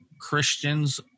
Christians